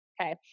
Okay